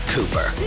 Cooper